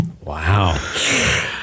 Wow